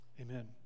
Amen